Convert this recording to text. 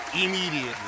Immediately